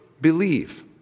believe